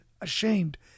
ashamed